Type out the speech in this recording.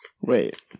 Wait